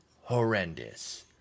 Horrendous